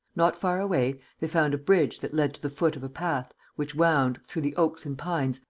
not far away they found a bridge that led to the foot of a path which wound, through the oaks and pines,